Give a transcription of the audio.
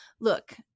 look